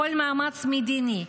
כל מאמץ מדיני,